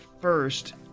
first